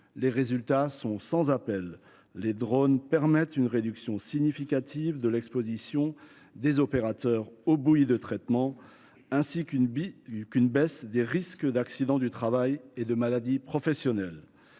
Les résultats sont sans appel : les drones permettent une réduction significative de l’exposition des opérateurs aux bouillies de traitement, ainsi qu’une baisse des risques d’accidents du travail et de maladies professionnelles.